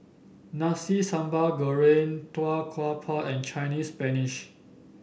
Nasi Sambal Goreng Tau Kwa Pau and Chinese Spinach